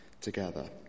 together